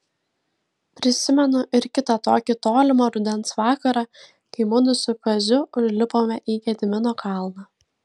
prisimenu ir kitą tokį tolimą rudens vakarą kai mudu su kaziu užlipome į gedimino kalną